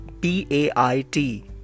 P-A-I-T